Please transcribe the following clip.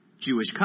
Jewish